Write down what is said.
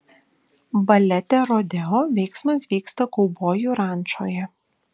balete rodeo veiksmas vyksta kaubojų rančoje